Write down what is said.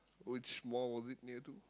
which mall was it near to